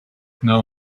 now